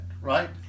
right